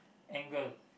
angle